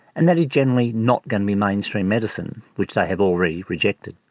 and that is generally not going to be mainstream medicine which they have already rejected.